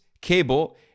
cable